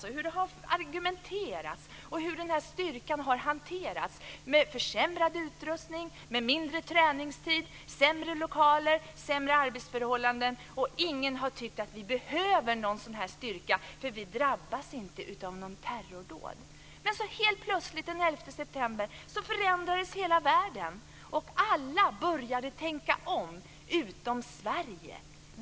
Vi vet hur det har argumenterats och hur styrkan har hanterats. Man har fått försämrad utrustning, mindre träningstid, sämre lokaler och sämre arbetsförhållanden. Ingen har tyckt att vi behöver en sådan styrka, för vi drabbas inte av terrordåd. Men helt plötsligt, den 11 september, förändrades hela världen, och alla utom Sverige började tänka om.